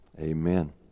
Amen